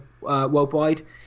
worldwide